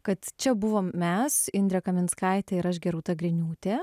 kad čia buvom mes indrė kaminskaitė ir aš gerūta griniūtė